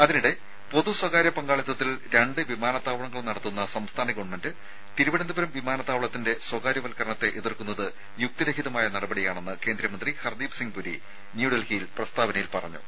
അതിനിടെ പൊതു സ്വകാര്യ പങ്കാളിത്വത്തിൽ രണ്ട് വിമാനത്താവളങ്ങൾ നടത്തുന്ന സംസ്ഥാന ഗവൺമെന്റ് തിരുവനന്തപുരം വിമാനത്താവളത്തിന്റെ സ്വകാര്യ വൽക്കരണത്തെ എതിർക്കുന്നത് യുക്തി രഹിതമായ നടപടിയാണെന്ന് കേന്ദ്രമന്ത്രി ഹർദീപ് സിംഗ് പുരി ന്യൂഡൽഹിയിൽ പ്രസ്താവനയിൽ പറഞ്ഞു